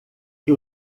que